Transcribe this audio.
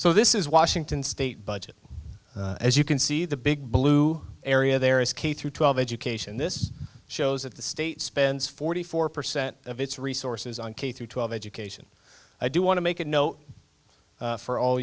so this is washington state budget as you can see the big blue area there is k through twelve education this shows that the state spends forty four percent of its resources on k through twelve education i do want to make a note for all